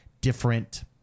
different